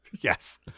Yes